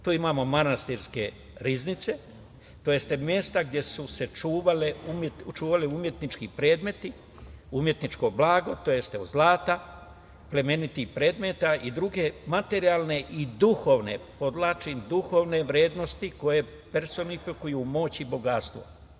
Tu imamo manastirske riznice, tj. mesta gde su se čuvali umetnički predmeti, umetničko blago, tj. od zlata, plemenitih predmeta i druge materijalne i duhovne, podvlačim duhovne, vrednosti koje personifikuju moć i bogatstvo.